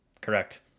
Correct